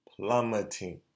Plummeting